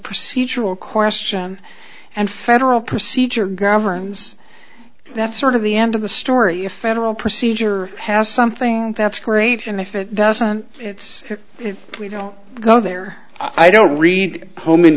procedural question and federal procedure governs that's sort of the end of the story if federal procedure has something that's great and if it doesn't it's if we don't go there i don't read home in